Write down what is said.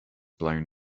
blown